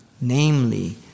namely